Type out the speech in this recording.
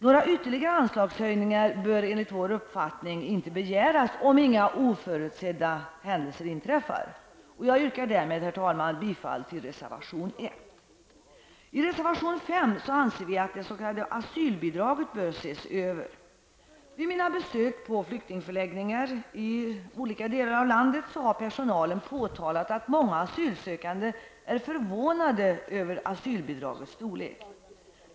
Några ytterligare anslagshöjningar bör enligt vår uppfattning inte begäras om inga oförutsedda händelser inträffar. Jag yrkar, herr talman, bifall till reservation 1. I reservation 5 anser vi att det s.k. asylbidraget bör ses över. Vid mina besök på förläggningar har personalen påtalat att många asylsökande är förvånade över asylbidragets storlek.